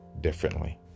differently